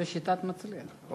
זה שיטת "מצליח".